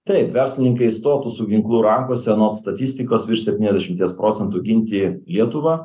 taip verslininkai stotų su ginklu rankose nors statistikos virš septyniasdešimties procentų ginti lietuvą